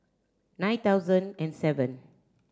nine thousand and seven